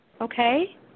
okay